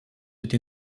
été